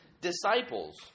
disciples